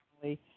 family